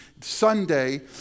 Sunday